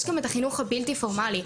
יש גם את החינוך הבלתי פורמלי,